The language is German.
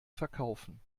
verkaufen